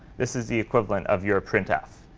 this is the equivalent of your printf.